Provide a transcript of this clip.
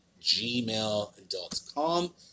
gmail.com